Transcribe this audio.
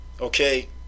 Okay